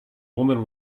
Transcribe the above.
woman